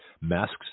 masks